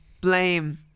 blame